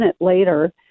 later